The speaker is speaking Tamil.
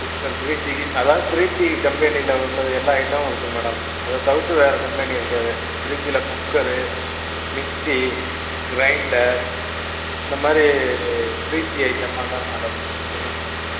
குக்கர் ப்ரீத்தி அதாவது ப்ரீத்தி கம்பெனியில் உள்ள எல்லா ஐட்டமும் இருக்கும் மேடம் அதை தவிர்த்து வேறு கம்பெனி இருக்காது ப்ரீத்தில் குக்கரு மிக்சி கிரைண்டர் இந்த மாதிரி ப்ரீத்தி ஐட்டமாக தான் மேடம் இருக்கும் வச்சுருக்கோம் நாங்கள்